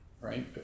right